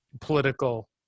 political